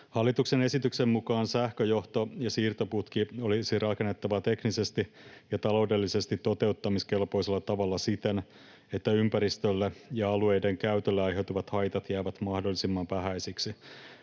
Hallituksen esityksen mukaan sähköjohto ja siirtoputki olisi rakennettava teknisesti ja taloudellisesti toteuttamiskelpoisella tavalla siten, että ympäristölle ja alueiden käytölle aiheutuvat haitat jäävät mahdollisimman vähäisiksi.